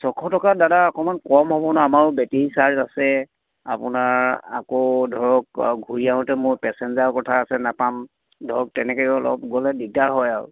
ছশ টকাত দাদা অকণমান কম হ'ব আমাৰো বেটেৰী চাৰ্জ আছে আপোনাৰ আকৌ ধৰক ঘূৰি আহোঁতে মোৰ পেচেঞ্জাৰৰ কথা আছে নাপাম ধৰক তেনেকৈ অলপ গ'লে দিগদাৰ হয়